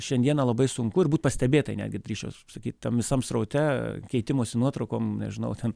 šiandieną labai sunku ir būt pastebėtai netgi drįsčiau taip sakyt tam visam sraute keitimosi nuotraukom nežinau ten